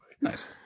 Nice